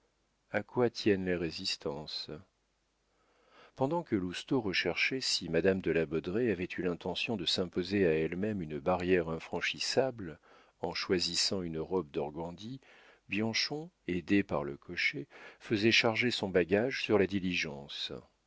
a quoi tiennent les résistances pendant que lousteau recherchait si madame de la baudraye avait eu l'intention de s'imposer à elle-même une barrière infranchissable en choisissant une robe d'organdi bianchon aidé par le cocher faisait charger son bagage sur la diligence